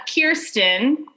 Kirsten